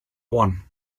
one